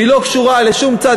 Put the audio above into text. והיא לא קשורה לשום צד,